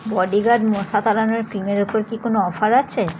bodyguard মশা তাড়ানোর ক্রিমের উপর কি কোনো অফার আছে